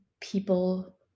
people